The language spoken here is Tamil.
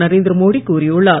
நரேந்திரமோடி கூறியுள்ளார்